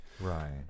right